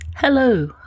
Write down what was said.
Hello